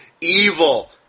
evil